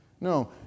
No